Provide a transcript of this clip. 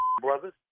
brothers